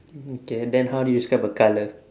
mm K then how do you describe a colour